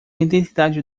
identidade